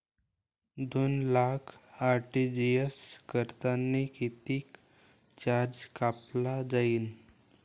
दोन लाख आर.टी.जी.एस करतांनी कितीक चार्ज कापला जाईन?